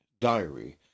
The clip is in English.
diary